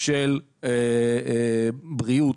של בריאות,